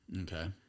Okay